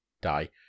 die